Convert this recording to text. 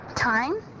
Time